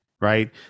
Right